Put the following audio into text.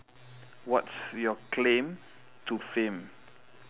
what's your claim to fame